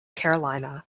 carolina